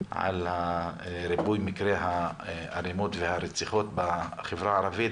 על ריבוי מקרי האלימות והרציחות בחברה הערבית,